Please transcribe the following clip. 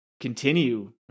continue